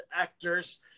actors